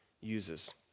uses